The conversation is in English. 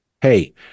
Hey